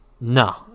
No